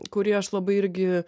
kurį aš labai irgi